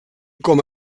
com